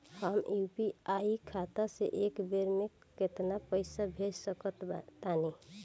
हम यू.पी.आई खाता से एक बेर म केतना पइसा भेज सकऽ तानि?